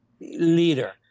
leader